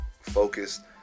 focused